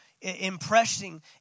impressing